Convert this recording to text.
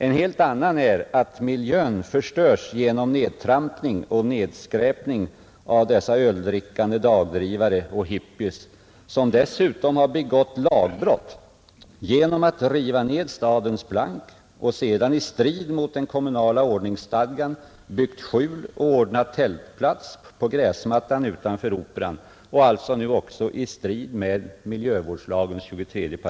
En helt annan är att miljön förstörs genom nedtrampning och nedskräpning av dessa öldrickande dagdrivare och hippies som dessutom begått lagbrott genom att riva ned stadens plank och sedan i strid med den kommunala ordningsstadgan bygga skjul och ordna tältplats på gräsmattan utanför Operan. De handlar alltså nu också i strid med naturvårdslagens 23 8.